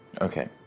Okay